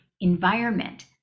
environment